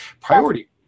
priority